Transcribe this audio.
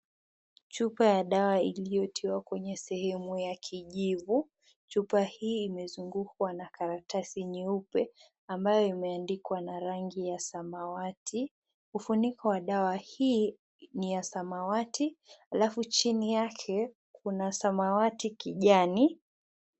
Chupa ya dawa iliyotiwa kwa sehemu ya kijivu, chupa hii imezungukwa na karatasi nyeupe ambayo imeandikwa na rangi ya samawati. Kifuniko wa dawa hii ni ya samawati alafu chini yake kuna samawati kijani.